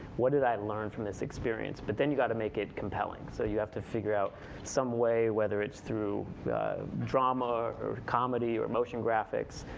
what did i learn from this experience? but then you've got to make it compelling, so you have to figure out some way, whether it's through drama or comedy or motion graphics,